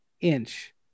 inch